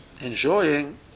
enjoying